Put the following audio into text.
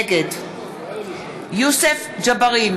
נגד יוסף ג'בארין,